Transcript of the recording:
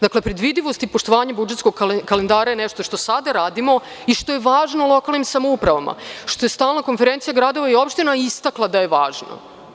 Dakle, predvidivost i poštovanje budžetskog kalendara je nešto što sada radimo i što je važno lokalnim samoupravama, što je „Stalna konferencija gradova i opština“ istakla da je važno.